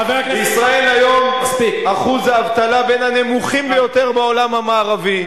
בישראל היום אחוז האבטלה בין הנמוכים ביותר בעולם המערבי.